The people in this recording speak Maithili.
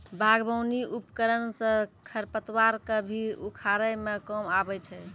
बागबानी उपकरन सँ खरपतवार क भी उखारै म काम आबै छै